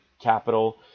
Capital